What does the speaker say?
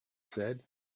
said